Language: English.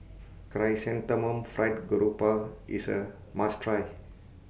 Chrysanthemum Fried Grouper IS A must Try